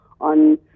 on